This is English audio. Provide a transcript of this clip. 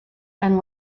and